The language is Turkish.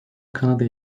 kanada